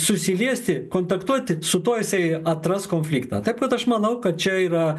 susiliesti kontaktuoti su tuo jisai atras konfliktą taip kad aš manau kad čia yra